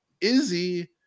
Izzy